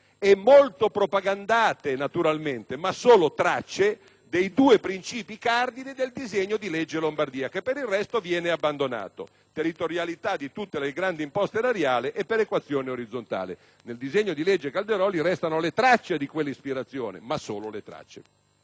e molto propagandate naturalmente, ma solo tracce, dei due principi cardine del disegno di legge della Regione Lombardia, che per il resto viene abbandonato: territorialità di tutte le grandi imposte erariali e perequazione orizzontale. Nel disegno di legge Calderoli restano le tracce di quell'ispirazione, solo le tracce.